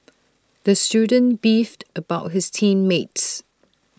the student beefed about his team mates